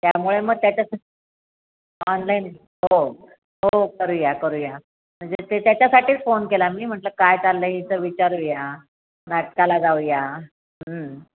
त्यामुळे मग त्याच्या ऑनलाईन हो हो करूया करूया म्हणजे ते त्याच्यासाठीच फोन केला मी म्हटलं काय चाललं आहे हीचं विचारूया नाटकाला जाऊया